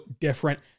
different